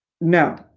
No